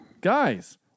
guys